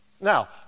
Now